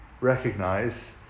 recognize